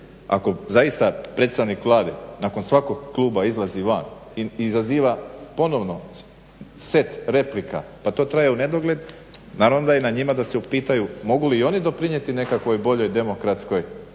ako zaista predstavnik Vlade nakon svakog kluba izlazi van i izaziva ponovno set replika pa to traje unedogled naravno da je na njima da se upitaju mogu li i oni doprinijeti nekakvoj boljoj demokratskoj